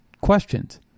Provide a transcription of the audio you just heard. questions